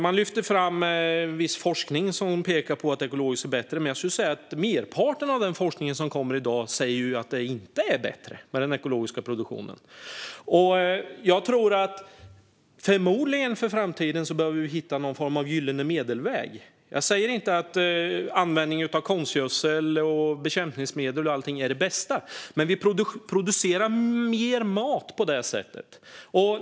Man lyfter fram viss forskning som pekar på att ekologiskt är bättre, men jag skulle säga att merparten av den forskning som kommer i dag säger att det inte är bättre med den ekologiska produktionen. Förmodligen behöver vi hitta någon form av gyllene medelväg för framtiden. Jag säger inte att användning av konstgödsel och bekämpningsmedel är det bästa, men vi producerar mer mat på det sättet.